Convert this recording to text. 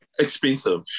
Expensive